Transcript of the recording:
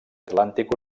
atlàntic